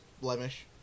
blemish